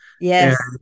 Yes